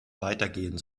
weitergehen